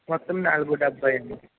మొత్తం నాలుగు డెబ్బై అండి